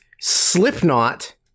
Slipknot